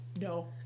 No